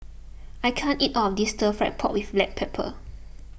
I can't eat all of this Stir Fried Pork with Black Pepper